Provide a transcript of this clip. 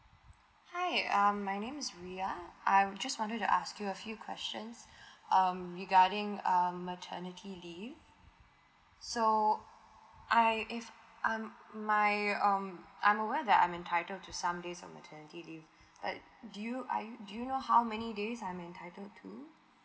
hi um my name is viya I'm just want to ask you a few questions um regarding um maternity leave so I if um my um I'm aware that I'm entitled to some days of maternity leave but do you are you do you know how many days I'm entitled to